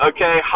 Okay